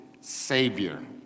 Savior